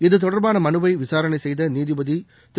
இதுதொடர்பான மனுவை விசாரணை செய்த நீதிபதி திரு